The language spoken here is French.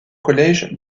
collège